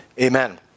Amen